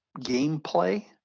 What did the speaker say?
gameplay